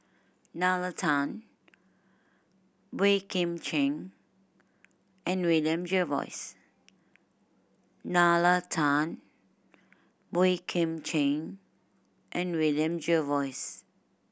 Nalla Tan Boey Kim Cheng and William Jervois